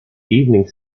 evening